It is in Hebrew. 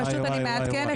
פשוט אני מעדכנת אתכם.